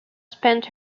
spent